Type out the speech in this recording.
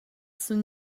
sun